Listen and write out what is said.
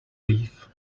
leave